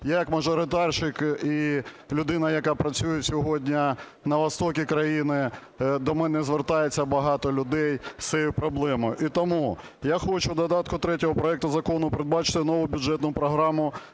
Я як мажоритарщик, і людина, яка працює сьогодні на сході країни, до мене звертається багато людей з цією проблемою. І тому я хочу в додатку 3 проекту закону передбачити нову бюджетну програму